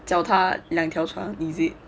脚踏两条船 is it